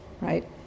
right